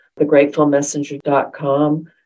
thegratefulmessenger.com